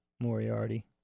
Moriarty